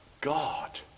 God